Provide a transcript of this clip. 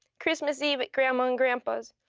christmas eve at grandma and grandpa's,